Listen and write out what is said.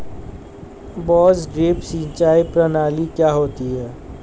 बांस ड्रिप सिंचाई प्रणाली क्या होती है?